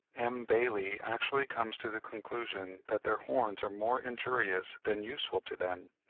m. bailly actually comes to the conclusion that their horns are more injurious than useful to them.